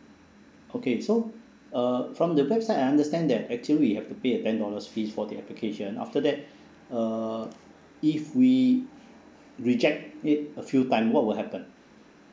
okay so uh from the website I understand that actually we have to pay a ten dollars fees for the application after that uh if we reject it a few time what will happen